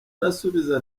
arasubiza